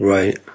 Right